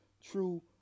true